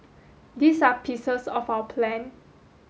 these are pieces of our plan